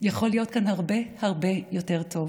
יכול להיות כאן הרבה הרבה יותר טוב.